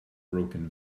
broken